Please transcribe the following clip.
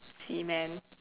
semen